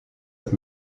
with